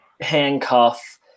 handcuff